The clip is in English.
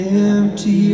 empty